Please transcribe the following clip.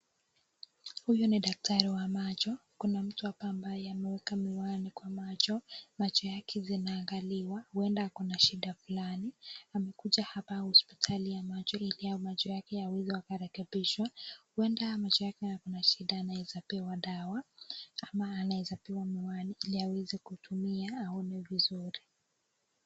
Huyu ni daktari wa machi. Kuna mtu hapa ambaye ameweka miwani kwa macho. Macho yake zinaangaliwa, huenda ako na shida fulani. Amekuja hapa hospitali ya macho ili hayo macho yake yaweze yakarekebishwa huenda macho yake yako na shida anaweza pewa dawa ama anaweza pewa miwani ili aweze kutumia aone vizuri.